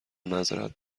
معذرت